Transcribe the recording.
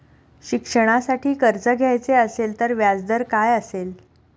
शिक्षणासाठी कर्ज घ्यायचे असेल तर व्याजदर काय असेल?